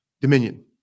dominion